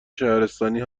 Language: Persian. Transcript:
شهرستانی